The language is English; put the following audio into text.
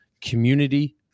community